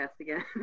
again